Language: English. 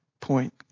point